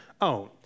own